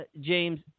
James